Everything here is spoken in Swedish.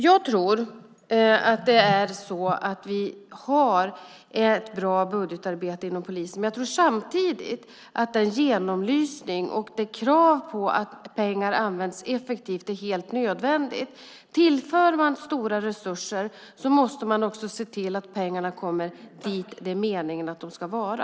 Jag tror att vi har ett bra budgetarbete inom polisen, men jag tror samtidigt att en genomlysning och krav på att pengar används effektivt är helt nödvändigt. Tillför man stora resurser måste man också se till att pengarna kommer dit där det är meningen att de ska vara.